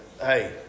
hey